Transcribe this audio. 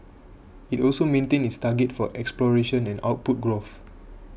it also maintained its targets for exploration and output growth